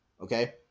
Okay